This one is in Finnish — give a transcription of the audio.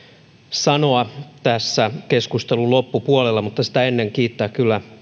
sanoa tässä keskustelun loppupuolella turvallisuudesta mutta sitä ennen haluan kyllä kiittää